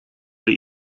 door